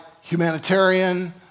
humanitarian